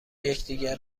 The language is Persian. یکدیگر